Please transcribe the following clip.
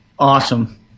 Awesome